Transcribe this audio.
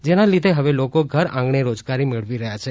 જેના લીધે હવે લોકો ઘર આંગણે રોજગારી મેળવી રહ્યા છે